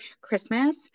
Christmas